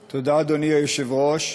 תודה, אדוני היושב-ראש.